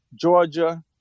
Georgia